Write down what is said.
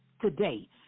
today